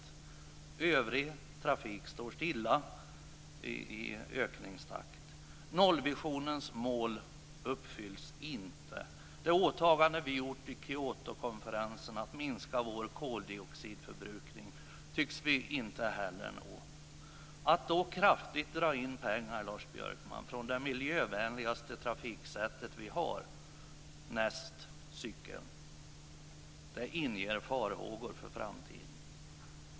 För övrig trafik står det stilla vad gäller ökningstakten. Nollvisionens mål uppfylls inte. Vårt åtagande vid Kyotokonferensen om att minska vår koldioxidförbrukning tycks vi heller inte nå. Att då, Lars Björkman, kraftigt dra in pengar från vårt, näst efter cykeln, miljövänligaste trafiksätt är något som inger farhågor för framtiden.